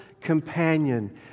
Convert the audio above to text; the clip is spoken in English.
companion